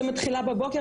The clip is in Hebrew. שמתחילה בבוקר,